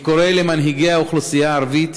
אני קורא למנהיגי האוכלוסייה הערבית